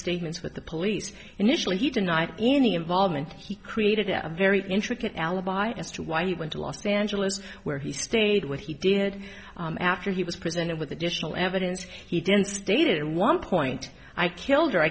statements with the police initially he denied any involvement he created a very intricate alibi as to why he went to los angeles where he stayed with he did after he was presented with additional evidence he didn't state it in one point i killed or i